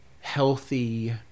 healthy